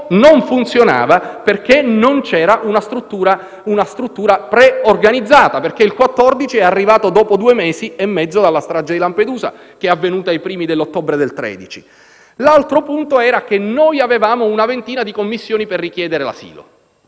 non funzionava perché non c'era una struttura preorganizzata, in quanto il 2014 è arrivato due mesi e mezzo dopo la strage di Lampedusa, avvenuta ai primi di ottobre del 2013. Il secondo punto è che noi avevamo una ventina di commissioni per richiedere l'asilo.